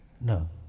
No